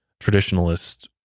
traditionalist